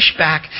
pushback